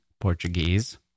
Portuguese